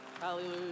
hallelujah